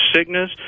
sickness